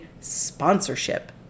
sponsorship